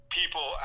people